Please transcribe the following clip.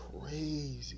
crazy